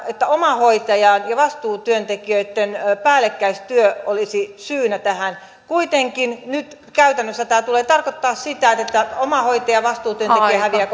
että omahoitajien ja vastuutyöntekijöitten päällekkäistyö olisi syynä tähän kuitenkin nyt käytännössä tämä tulee tarkoittamaan sitä että omahoitaja tai vastuutyöntekijä häviää